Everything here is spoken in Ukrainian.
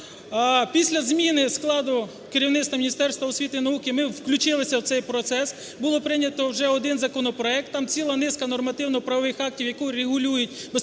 Після зміни складу керівництва Міністерства освіти і науки ми включилися в цей процес. Було прийнято вже один законопроект, Там ціла низка нормативно-правових актів, які урегулюють безпосередньо